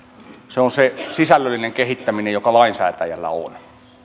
on se sisällöllinen kehittäminen joka lainsäätäjällä on